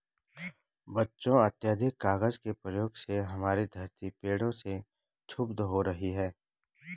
बच्चों अत्याधिक कागज के प्रयोग से हमारी धरती पेड़ों से क्षुब्ध हो रही है